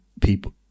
people